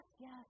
yes